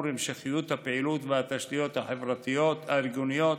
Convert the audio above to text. המשכיות הפעילות והתשתיות החברתיות-ארגוניות